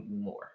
more